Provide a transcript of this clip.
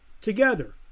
together